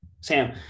Sam